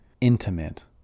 intimate